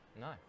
no